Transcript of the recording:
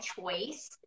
choice